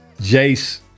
Jace